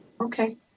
Okay